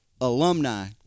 alumni